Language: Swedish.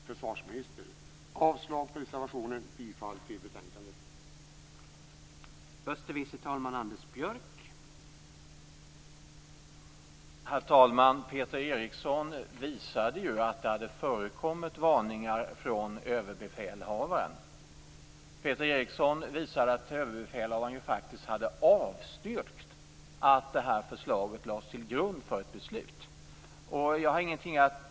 Jag yrkar avslag på reservationen och yrkar på godkännande av utskottets anmälan.